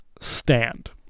stand